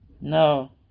No